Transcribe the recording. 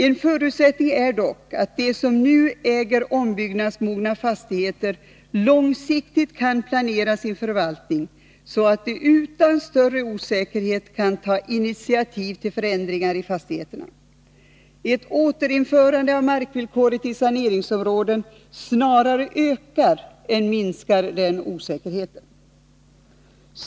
En förutsättning är dock att de som nu äger ombyggnadsmogna fastigheter långsiktigt kan planera sin förvaltning, så att de utan större osäkerhet kan ta initiativ till förändringar i fastigheterna. Ett återinförande av markvillkoret i saneringsområden snarare ökar än minskar den osäkerheten.